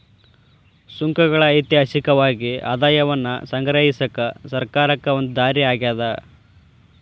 ಸುಂಕಗಳ ಐತಿಹಾಸಿಕವಾಗಿ ಆದಾಯವನ್ನ ಸಂಗ್ರಹಿಸಕ ಸರ್ಕಾರಕ್ಕ ಒಂದ ದಾರಿ ಆಗ್ಯಾದ